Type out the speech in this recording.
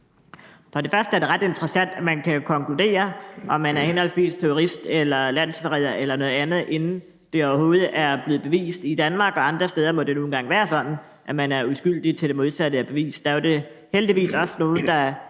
og fremmest er det ret interessant, at man kan konkludere, om man er henholdsvis terrorist eller landsforræder eller noget andet, inden det overhovedet er blevet bevist. I Danmark og andre steder må det nu engang være sådan, at man er uskyldig, til det modsatte er bevist. Der er jo heldigvis også nogle, der